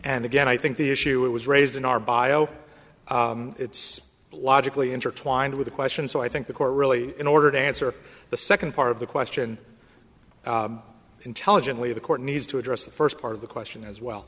and again i think the issue it was raised in our bio it's logically intertwined with the question so i think the court really in order to answer the second part of the question intelligently the court needs to address the first part of the question as well